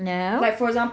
no